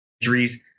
injuries